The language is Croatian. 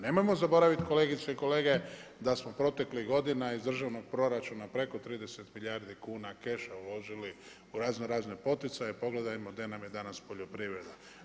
Nemojmo zaboraviti kolegice i kolege da smo proteklih godina iz državnog proračuna preko 30 milijardi kuna keša uložili u raznorazne poticaje, pogledajmo gdje nam je danas poljoprivreda.